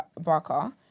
Barker